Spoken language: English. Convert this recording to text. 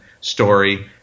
story